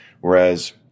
Whereas